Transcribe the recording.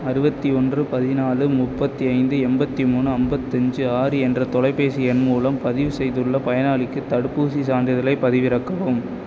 அறுபத்தி ஒன்று பதினாலு முப்பத்து ஐந்து எண்பத்து மூணு ஐம்பத்தஞ்சி ஆறு என்ற தொலைபேசி எண் மூலம் பதிவு செய்துள்ள பயனாளிக்கு தடுப்பூசிச் சான்றிதழைப் பதிவிறக்கவும்